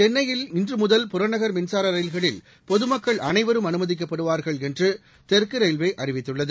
சென்னையில் இன்று முதல் புறநகர் மின்சார ரயில்களில் பொது மக்கள் அனைவரும் அனுமதிக்கப்படுவார்கள் என்று தெற்கு ரயில்வே அறிவித்துள்ளது